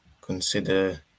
consider